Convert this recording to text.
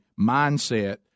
mindset